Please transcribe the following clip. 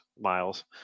miles